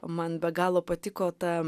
man be galo patiko ta